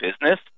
business